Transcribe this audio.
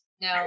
No